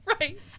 Right